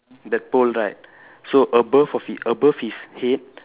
that pole right so above of he above above his head